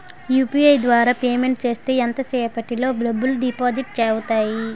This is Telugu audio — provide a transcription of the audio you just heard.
యు.పి.ఐ ద్వారా పేమెంట్ చేస్తే ఎంత సేపటిలో డబ్బులు డిపాజిట్ అవుతాయి?